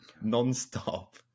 non-stop